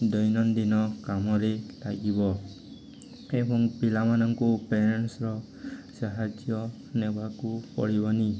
ଦୈନନ୍ଦିନ କାମରେ ଲାଗିବ ଏବଂ ପିଲାମାନଙ୍କୁ ପ୍ୟାରେଣ୍ଟସର ସାହାଯ୍ୟ ନେବାକୁ ପଡ଼ିବନି